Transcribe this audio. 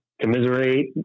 commiserate